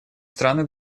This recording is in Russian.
страны